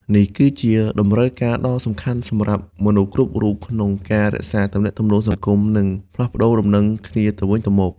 នេះគឺជា តម្រូវការដ៏សំខាន់សម្រាប់មនុស្សគ្រប់រូប ក្នុងការរក្សាទំនាក់ទំនងសង្គម និងផ្លាស់ប្តូរដំណឹងគ្នាទៅវិញទៅមក។